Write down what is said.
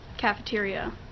cafeteria